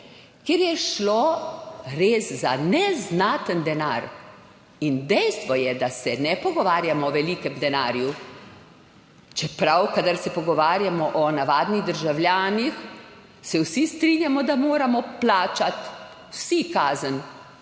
ker je šlo res za neznaten denar. In dejstvo je, da se ne pogovarjamo o velikem denarju. Čeprav, kadar se pogovarjamo o navadnih državljanih, se vsi strinjamo, da moramo plačati vsi kazen,